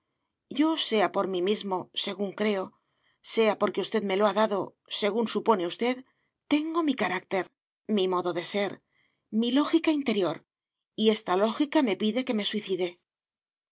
yo sea por mí mismo según creo sea porque usted me lo ha dado según supone usted tengo mi carácter mi modo de ser mi lógica interior y esta lógica me pide que me suicide